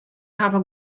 hawwe